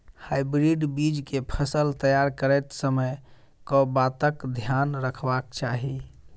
Hybrid बीज केँ फसल तैयार करैत समय कऽ बातक ध्यान रखबाक चाहि?